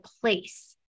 place